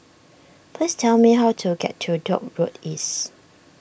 please tell me how to get to Dock Road East